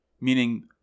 Meaning